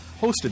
Hosted